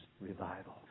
revival